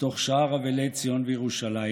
בתוך שאר אבלי ציון וירושלים